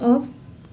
off